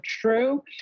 true